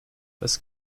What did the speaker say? was